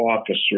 officer